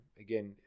again